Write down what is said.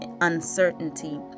uncertainty